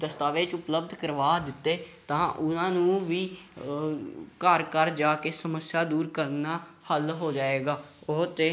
ਦਸਤਾਵੇਜ਼ ਉਪਲਬਧ ਕਰਵਾ ਦਿੱਤੇ ਤਾਂ ਉਹਨਾਂ ਨੂੰ ਵੀ ਘਰ ਘਰ ਜਾ ਕੇ ਸਮੱਸਿਆ ਦੂਰ ਕਰਨਾ ਹੱਲ ਹੋ ਜਾਵੇਗਾ ਉਹ ਤਾਂ